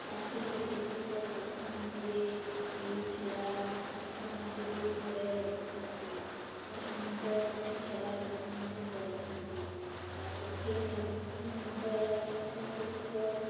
ତା ସହିତ କିଛି ଲୋକ ପକ୍ଷୀମାନଙ୍କୁ ବି ଏଇ ଶୁଆ ଏମାନଙ୍କୁ ଆଣିକି ବି ଘରେ ରଖିଥାନ୍ତି ଆଉ ସେମାନଙ୍କ ସେବା ଯତ୍ନ ମଧ୍ୟ କରିଥାନ୍ତି ଆଉ ପକ୍ଷୀ ଏମାନଙ୍କର ତା ସହିତ